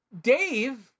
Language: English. Dave